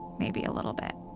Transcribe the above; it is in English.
maybe a little bit.